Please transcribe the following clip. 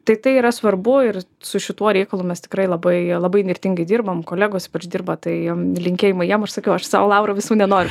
tai tai yra svarbu ir su šituo reikalu mes tikrai labai labai įnirtingai dirbam kolegos ypač dirba tai linkėjimai jiem aš sakiau aš sau laurų visų nenoriu